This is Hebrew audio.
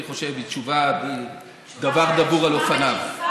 אני חושב שהיא תשובה דבר דבור על אופניו.